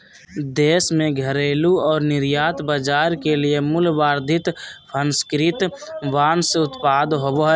देश में घरेलू और निर्यात बाजार के लिए मूल्यवर्धित प्रसंस्कृत बांस उत्पाद होबो हइ